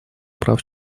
прав